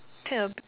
tube